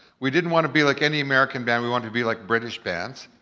we didn't wanna be like any american band, we wanted to be like british bands.